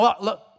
Look